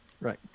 right